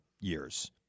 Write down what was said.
years